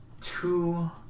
two